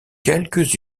quelques